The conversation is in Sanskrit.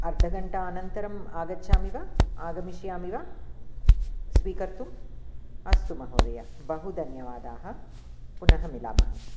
अर्धघण्टा अनन्तरम् आगच्छामि वा आगमिष्यामि वा स्वीकर्तुम् अस्तु महोदय बहु धन्यवादाः पुनः मिलामः